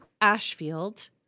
Ashfield